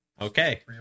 Okay